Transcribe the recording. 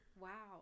Wow